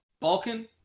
balkan